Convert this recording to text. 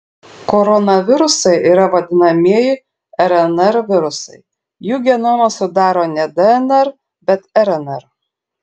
koronavirusai yra vadinamieji rnr virusai jų genomą sudaro ne dnr bet rnr